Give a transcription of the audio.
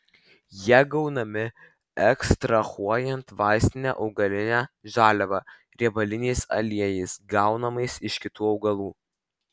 jie gaunami ekstrahuojant vaistinę augalinę žaliavą riebaliniais aliejais gaunamais iš kitų augalų